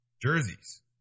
jerseys